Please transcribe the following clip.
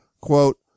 quote